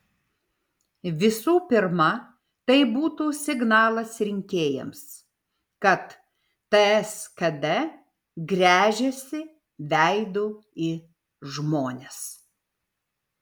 visų pirma tai būtų signalas rinkėjams kad ts kd gręžiasi veidu į žmones